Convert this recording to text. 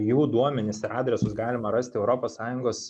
jų duomenis ir adresus galima rasti europos sąjungos